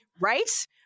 Right